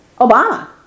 Obama